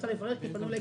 כי פנו אליי